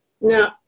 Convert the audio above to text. now